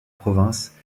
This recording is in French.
provinces